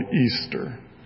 Easter